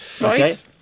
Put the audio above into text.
Right